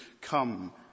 come